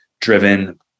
driven